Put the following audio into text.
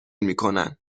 میکنن